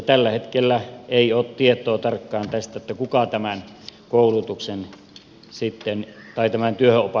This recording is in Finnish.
tällä hetkellä ei ole tietoa tarkkaan kuka tämän työnopastuksen sitten järjestäisi